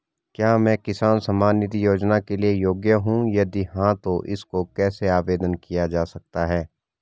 क्या मैं किसान सम्मान निधि योजना के लिए योग्य हूँ यदि हाँ तो इसको कैसे आवेदन किया जा सकता है?